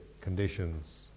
conditions